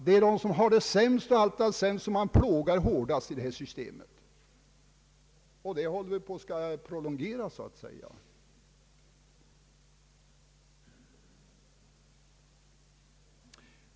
De som har det sämst och som alltid haft det sämst plågas hårdast med nuvarande system. Vi kommer att prolongera det med propositionens förslag.